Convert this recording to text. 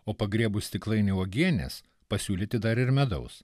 o pagriebus stiklainį uogienės pasiūlyti dar ir medaus